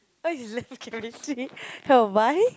why you looking at me why